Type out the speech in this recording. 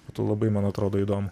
būtų labai man atrodo įdomu